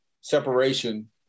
separation